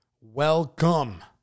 Welcome